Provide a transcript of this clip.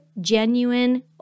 Genuine